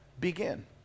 begin